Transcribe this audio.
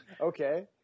Okay